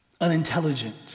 unintelligent